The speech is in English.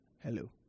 Hello